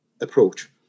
approach